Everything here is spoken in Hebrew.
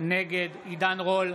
נגד עידן רול,